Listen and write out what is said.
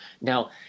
Now